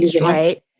right